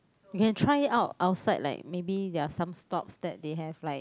you can try out outside like maybe there are some stops that they have like